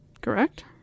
correct